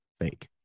Fake